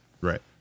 Right